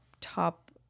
top